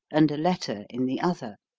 and a letter in the other.